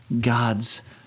God's